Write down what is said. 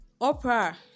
opera